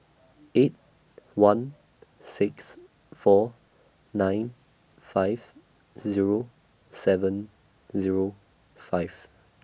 eight one six four nine five Zero seven Zero five